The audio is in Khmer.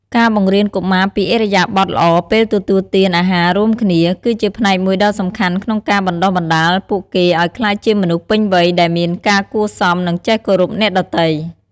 ការបង្រៀនកុមារពីឥរិយាបថល្អពេលទទួលទានអាហាររួមគ្នា គឺជាផ្នែកមួយដ៏សំខាន់ក្នុងការបណ្តុះបណ្តាលពួកគេឲ្យក្លាយជាមនុស្សពេញវ័យដែលមានការគួរសម និងចេះគោរពអ្នកដទៃ។